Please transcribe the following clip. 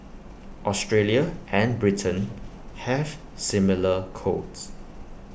Australia and Britain have similar codes